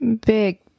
Big